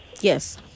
Yes